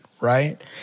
right